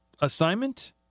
assignment